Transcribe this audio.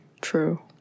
True